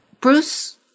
Bruce